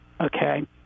okay